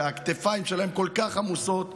שהכתפיים שלו כל כך עמוסות,